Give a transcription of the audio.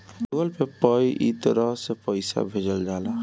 Google pay पअ इ तरह से पईसा भेजल जाला